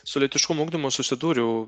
su lytiškumo ugdymu susidūriau